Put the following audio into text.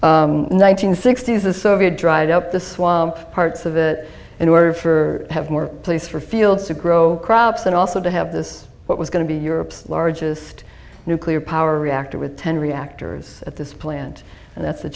hundred sixty is the soviet dried up the swamp parts of it in order for have more place for fields to grow crops and also to have this what was going to be europe's largest nuclear power reactor with ten reactors at this plant and that's th